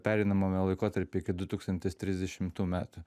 pereinamame laikotarpy iki du tūkstantis trisdešimtų metų